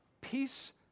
peace